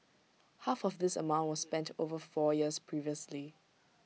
half of this amount was spent over four years previously